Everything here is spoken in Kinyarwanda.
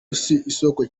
isoko